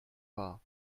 war